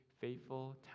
faithful